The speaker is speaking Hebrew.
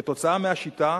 כתוצאה מהשיטה,